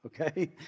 okay